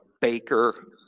Baker